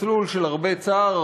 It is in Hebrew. מסלול של הרבה צער,